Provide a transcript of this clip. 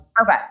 Okay